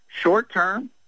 Short-term